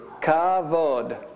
Kavod